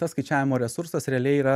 tas skaičiavimo resursas realiai yra